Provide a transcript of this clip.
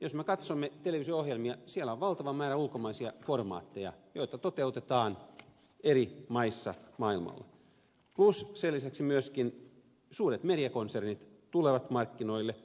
jos me katsomme televisio ohjelmia siellä on valtava määrä ulkomaisia formaatteja joita toteutetaan eri maissa maailmalla plus sen lisäksi myöskin suuret mediakonsernit tulevat markkinoille